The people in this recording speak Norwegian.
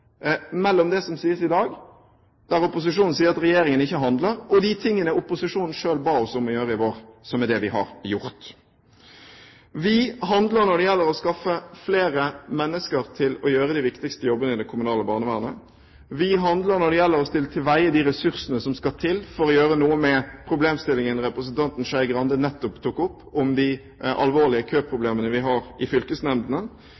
mellom det som opposisjonen sier i dag om at regjeringen ikke handler, og de tingene opposisjonen selv ba oss om å gjøre i vår, som er det vi har gjort. Vi handler når det gjelder å skaffe flere mennesker til å gjøre de viktigste jobbene i det kommunale barnevernet, vi handler når det gjelder å stille til veie de ressursene som skal til for å gjøre noe med problemstillingen representanten Skei Grande nettopp tok opp med de alvorlige